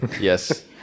Yes